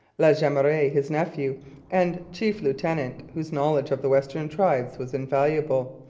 la jemeraye, his nephew and chief lieutenant, whose knowledge of the western tribes was invaluable,